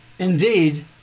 Indeed